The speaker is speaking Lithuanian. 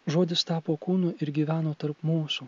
žodis tapo kūnu ir gyveno tarp mūsų